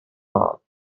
all